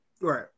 Right